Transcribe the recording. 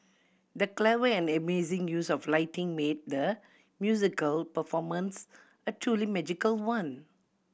the clever and amazing use of lighting made the musical performance a truly magical one